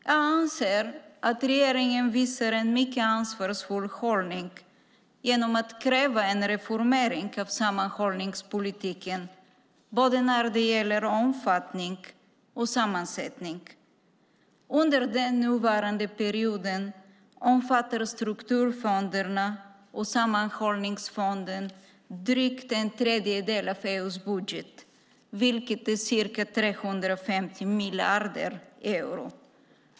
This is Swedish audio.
Jag anser att regeringen visar en mycket ansvarsfull hållning genom att kräva en reformering av sammanhållningspolitiken när det gäller både omfattning och sammansättning. Under den nuvarande perioden omfattar strukturfonderna och sammanhållningsfonden drygt en tredjedel av EU:s budget, vilket är ca 350 miljarder euro.